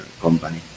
company